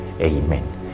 amen